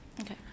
Okay